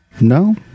No